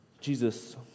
Jesus